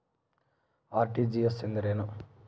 RTGS ಎಂದರೇನು?